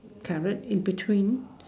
carrot in between